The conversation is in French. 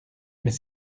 mais